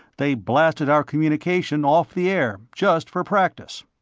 they blasted our communication off the air, just for practice.